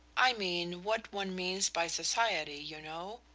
i mean what one means by society, you know.